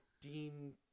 Dean